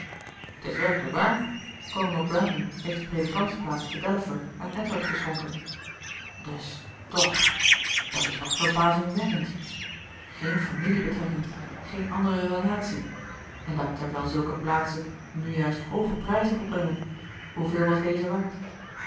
t is werkelijk waar kolonel brandon heeft de predikantsplaats te delaford aan edward geschonken dus tch dat is toch verbazingwekkend geen familiebetrekking geen andere relatie en dat terwijl zulke plaatsen nu juist hooge prijzen opbrengen hoeveel was deze waard